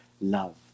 love